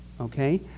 okay